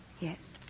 Yes